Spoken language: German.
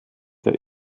der